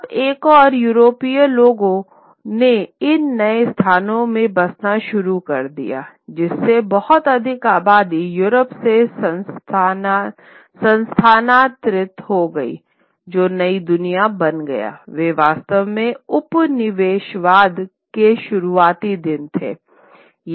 और एक बार यूरोपीय लोगों ने इन नए स्थानों में बसना शुरू कर दिया जिससे बहुत अधिक आबादी यूरोप से स्थानांतरित हो गई जो नई दुनिया बन गया वे वास्तव में उपनिवेशवाद के शुरुआती दिन हैं